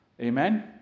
Amen